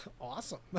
awesome